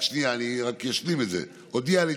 ידעתי